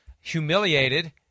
humiliated